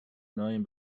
million